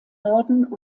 norden